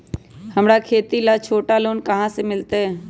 हमरा खेती ला छोटा लोने कहाँ से मिलतै?